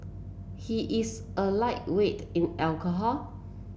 he is a lightweight in alcohol